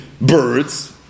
birds